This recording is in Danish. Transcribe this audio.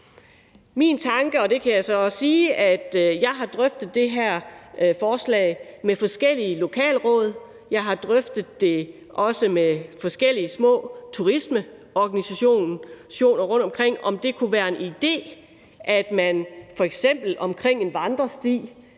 jeg har drøftet det her forslag med forskellige lokalråd, og jeg har også drøftet med forskellige små turismeorganisationer rundtomkring, om det kunne være en idé, at man f.eks. i området omkring en vandresti